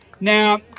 now